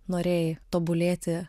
norėjai tobulėti